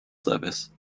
service